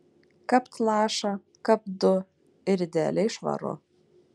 kapt lašą kapt du ir idealiai švaru